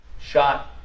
shot